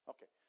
Okay